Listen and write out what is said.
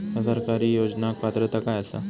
हया सरकारी योजनाक पात्रता काय आसा?